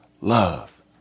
love